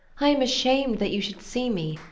i am ashamed that you should see me.